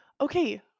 okay